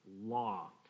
law